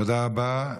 תודה רבה.